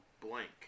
Blank